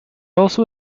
also